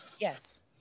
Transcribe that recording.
Yes